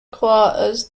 quarters